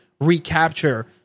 recapture